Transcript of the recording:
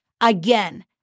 Again